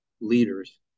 leaders